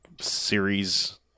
series